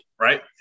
right